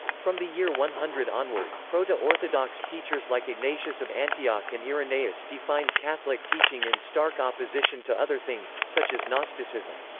from the year one hundred onward, proto-orthodox teachers like ignatius of antioch and irenaeus defined catholic teaching in stark opposition to other things, such as gnosticism.